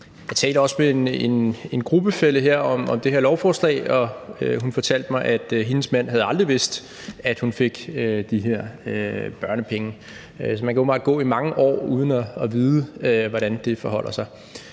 Jeg talte også med en gruppefælle her om det her lovforslag, og hun fortalte mig, at hendes mand aldrig havde vidst, at hun fik de her børnepenge. Så man kan åbenbart gå i mange år uden at vide, hvordan det forholder sig,